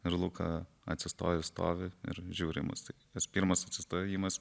ir luka atsistoja ir stovi ir žiūri į mus tas pirmas sustojimas